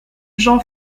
jean